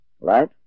Right